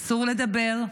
אסור לדבר,